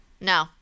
No